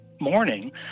morning